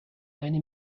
eine